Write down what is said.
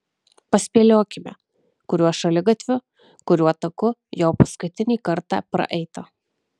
paspėliokime kuriuo šaligatviu kuriuo taku jo paskutinį kartą praeita